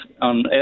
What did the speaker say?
on